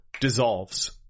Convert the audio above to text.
dissolves